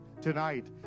tonight